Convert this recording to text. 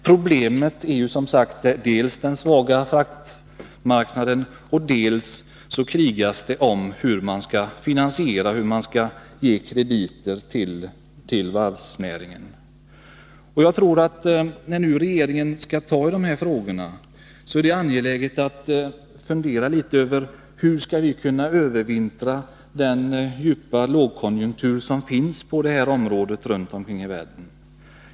Problemet är som sagt dels den svaga fraktmarknaden, dels att det krigas om hur man skall finansiera, hur man skall ge krediter till varvsnäringen. Jag tror att när regeringen nu skall ta tag i de här frågorna, är det angeläget att fundera litet över hur vi skall kunna övervintra i den djupa lågkonjunktur som finns på det här området runt om i världen.